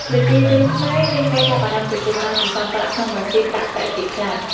ប្រជាជនខ្មែរ មានការចាប់អារម្មណ៍ចំពោះការសន្សំប្រាក់ក្នុងម៉ាស៊ីនដាក់ប្រាក់ជាខ្លាំង។